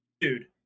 dude